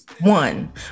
One